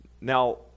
now